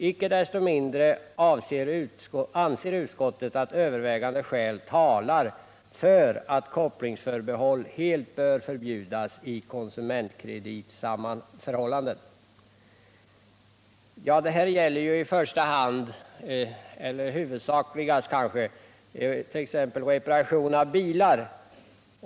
Icke desto mindre anser utskottet att övervägande skäl talar för att kopplingsförbehåll helt bör förbjudas i konsumentkreditförhållanden.” Detta gäller kanske huvudsakligast vid reparationer av bilar.